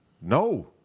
No